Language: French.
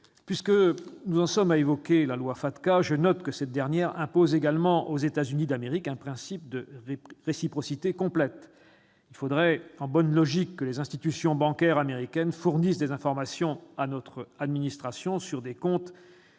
Puisque nous en sommes à évoquer la loi FATCA, je note que cette dernière impose également aux États-Unis d'Amérique un principe de réciprocité complète. Il faudrait en bonne logique que les institutions bancaires américaines fournissent des informations à notre administration sur des comptes